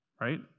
right